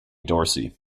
dorsey